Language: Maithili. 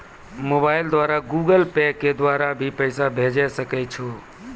मोबाइल द्वारा गूगल पे के द्वारा भी पैसा भेजै सकै छौ?